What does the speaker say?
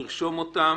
לרשום אותן